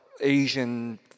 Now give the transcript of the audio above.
Asian